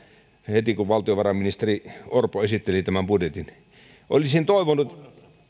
heti kun valtiovarainministeri orpo esitteli tämän budjetin olisin toivonut